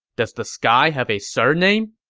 does the sky have a surname?